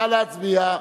נא להצביע.